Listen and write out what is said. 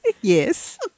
Yes